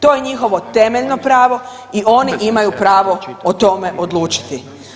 To je njihovo temeljno pravo i oni imaju pravo o tome odlučiti.